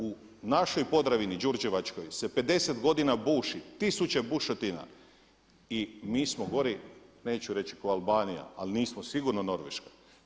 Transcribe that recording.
U našoj Podravini đurđevačkoj se 50 godina buši, tisuće bušotina i mi smo gori neću reći ko Albanija ali nismo sigurno Norveška.